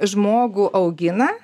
žmogų augina